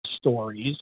stories